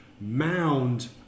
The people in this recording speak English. mound